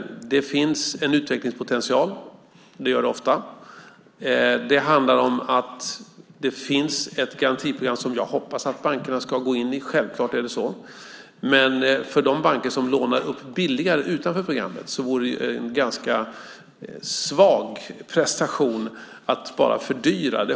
Det finns en utvecklingspotential; det gör det ofta. Det handlar om att det finns ett garantiprogram som jag hoppas att bankerna ska gå in i. Självklart är det så. Men för de banker som lånar upp billigare utanför programmet vore det en ganska svag prestation att bara fördyra.